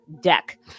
deck